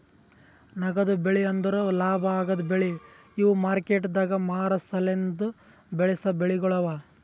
ನಗದು ಬೆಳಿ ಅಂದುರ್ ಲಾಭ ಆಗದ್ ಬೆಳಿ ಇವು ಮಾರ್ಕೆಟದಾಗ್ ಮಾರ ಸಲೆಂದ್ ಬೆಳಸಾ ಬೆಳಿಗೊಳ್ ಅವಾ